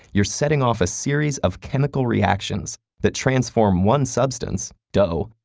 you're setting off a series of chemical reactions that transform one substance, dough,